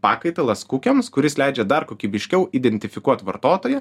pakaitalas kukiams kuris leidžia dar kokybiškiau identifikuot vartotoją